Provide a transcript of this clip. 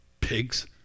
Pigs